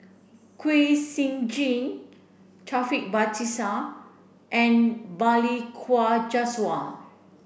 Kwek Siew Jin Taufik Batisah and Balli Kaur Jaswal